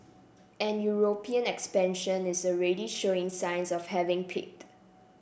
and European expansion is already showing signs of having peaked